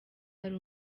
hari